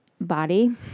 body